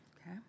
okay